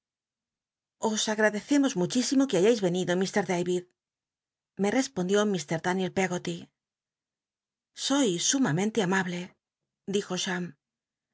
os agradccemos muchísimo que hayais venido ir darid me respondió ir daniel pcggoly sois sumamente amable dijo